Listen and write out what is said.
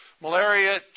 Malaria